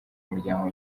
muryango